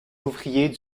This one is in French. ouvriers